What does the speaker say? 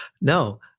No